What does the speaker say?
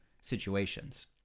situations